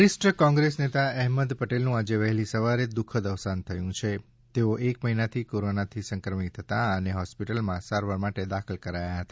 વરીષ્ઠ કોંગ્રેસ નેતા અહેમત પટેલનું આજે વહેલી સવારે દુઃખદ અવસાન થયું છે તેઓ એક મહિનાથી કોરોનાથી સંક્રમિત હતા અને હોસ્પિટલમાં સારવાર માટે દાખલ કરાયા હતા